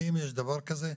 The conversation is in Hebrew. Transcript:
האם יש דבר כזה,